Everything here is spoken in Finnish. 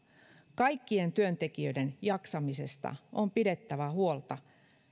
kaikkien työntekijöiden jaksamisesta on pidettävä huolta